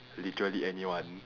literally anyone